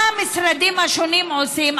מה המשרדים השונים עושים?